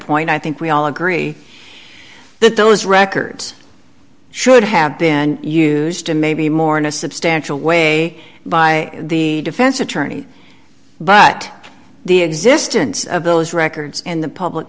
point i think we all agree that those records should have been used in maybe more in a substantial way by the defense attorney but the existence of those records in the public